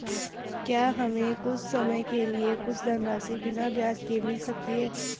क्या हमें कुछ समय के लिए कुछ धनराशि बिना ब्याज के मिल सकती है?